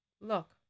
Look